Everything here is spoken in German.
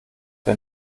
der